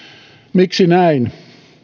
miksi näin